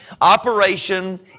Operation